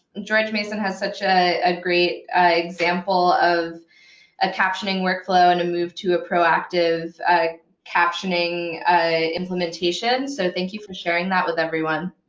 george mason has such a a great example of a captioning workflow and a move to a proactive captioning implementation, so thank you for sharing that with everyone.